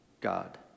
God